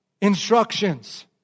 instructions